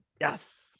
Yes